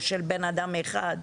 או של בן אדם אחד,